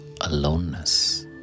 aloneness